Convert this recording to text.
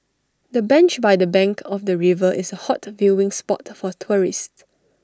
the bench by the bank of the river is A hot viewing spot for tourists